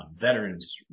veterans